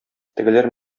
тегеләр